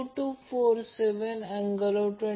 तर हे S load 1398 j 1113 volt ampere लिहू शकतो